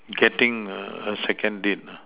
getting err a second date lah